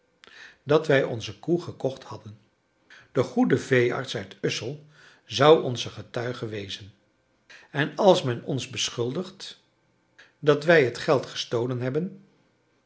dat wij onze koe gekocht hadden de goede veearts uit ussel zou onze getuige wezen en als men ons beschuldigt dat wij het geld gestolen hebben